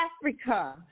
Africa